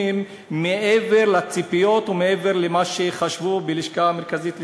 הן מעבר לציפיות ומעבר למה שחשבו בלשכה המרכזית לסטטיסטיקה.